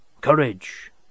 Courage